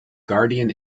guardian